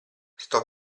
sto